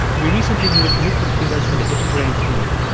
we recently needed new computers for the hidden brain team,